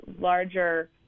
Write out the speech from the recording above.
larger